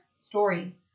story